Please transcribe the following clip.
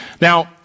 Now